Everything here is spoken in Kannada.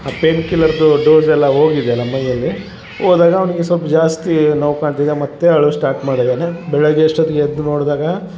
ಆ ಪೇಯ್ನ್ ಕಿಲ್ಲರ್ದು ಡೋಸೆಲ್ಲ ಹೋಗಿದೆಯಲ್ಲ ಮೈಯಲ್ಲಿ ಹೋದಾಗ ಅವನಿಗೆ ಸ್ವಲ್ಪ್ ಜಾಸ್ತಿ ನೋವು ಕಾಣ್ತಿದೆ ಮತ್ತು ಅಳು ಸ್ಟಾರ್ಟ್ ಮಾಡಿದಾನೆ ಬೆಳಗ್ಗೆ ಅಷ್ಟೊತ್ತಿಗೆ ಎದ್ದು ನೋಡಿದಾಗ